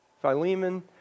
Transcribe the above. Philemon